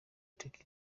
take